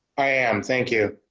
am. thank you.